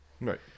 right